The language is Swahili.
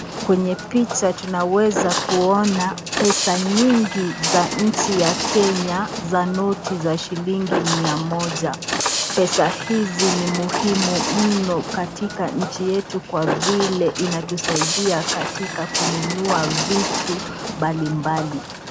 Kwenye picha tunaweza kuona pesa nyingi za nchi ya kenya za noti za shilingi mia moja. Pesa hizi ni muhimu mno katika nchi yetu kwa vile inatusaidia katika kununua vitu mbalimbali.